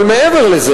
אבל מעבר לזה,